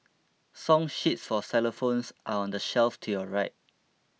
song sheets for xylophones are on the shelf to your right